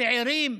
צעירים,